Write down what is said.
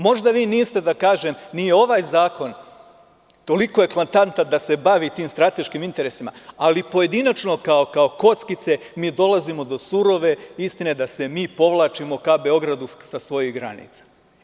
Možda vi niste, da kažem, ni ovaj zakon, toliko je eklatantan da se bavi tim strateškim interesima, ali pojedinačno, kao kockice, mi dolazimo do surove istine da se mi povlačimo ka Beogradu sa svojih granica.